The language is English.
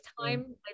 time